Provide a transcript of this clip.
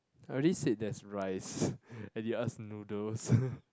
I already said there's rice and you ask noodles